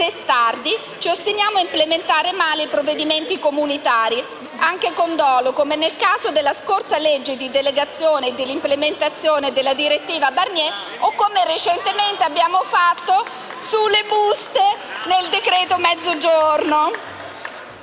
testardi, ci ostiniamo a implementare male i provvedimenti comunitari, anche con dolo, come nel caso della scorsa legge di delegazione e dell'implementazione della direttiva Barnier o come recentemente abbiamo fatto sulle buste nel decreto-legge